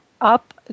up